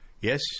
Yes